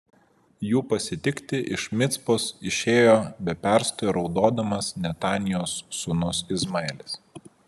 jų pasitikti iš micpos išėjo be perstojo raudodamas netanijos sūnus izmaelis